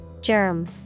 Germ